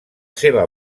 seva